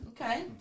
Okay